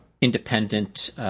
independent